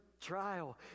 trial